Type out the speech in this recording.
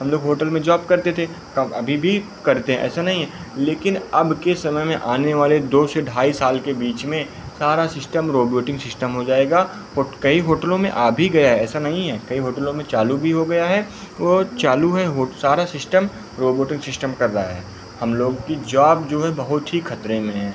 हम लोग होटल में जॉब करते थे कब अभी भी करते हैं ऐसा नहीं है लेकिन अबके समय में आने वाले दो से ढाई साल के बीच में सारा सिश्टम रोबोटिक सिश्टम हो जाएगा होट कई होटलों में आ भी गया है ऐसा नहीं है कई होटलों में चालू भी हो गया है वह चालू है सारा सिश्टम रोबोटिक सिश्टम कर रहा है हम लोगों की जॉब जो है बहुत ही खतरे में है